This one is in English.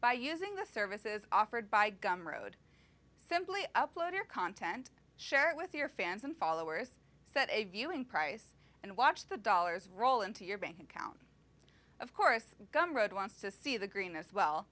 by using the services offered by gum road simply upload your content share it with your fans and followers set a viewing price and watch the dollars roll into your bank account of course gum road wants to see the green as well